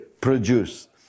produce